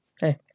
hey